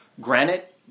Granite